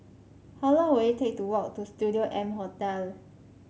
how long will it take to walk to Studio M Hotel